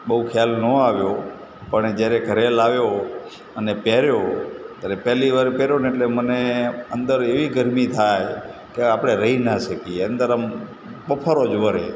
બહુ ખ્યાલ ના આવ્યો પણ જ્યારે ઘરે લાવ્યો અને પહેર્યો ત્યારે પહેલી વાર પહેર્યો ને એટલે મને અંદર એવી ગરમી થાય કે આપણે રહી ના શકીએ અંદર આમ બફારો જ વળે